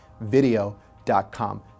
video.com